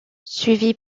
suivi